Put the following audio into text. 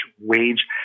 wage